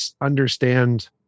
understand